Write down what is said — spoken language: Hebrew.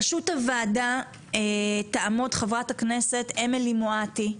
בראשות הוועדה תעמוד חברת הכנסת אמילי מואטי,